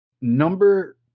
Number